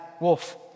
wolf